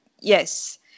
yes